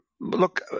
Look